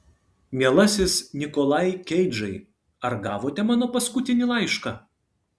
mielasis nikolai keidžai ar gavote mano paskutinį laišką